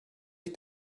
ilk